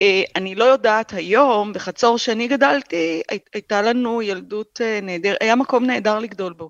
אני לא יודעת, היום בחצור שאני גדלתי, הייתה לנו ילדות נהדרת, היה מקום נהדר לגדול בו.